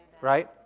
Right